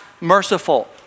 merciful